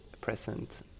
present